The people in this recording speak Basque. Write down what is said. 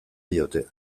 diote